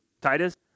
Titus